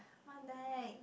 one bag